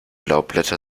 laubblätter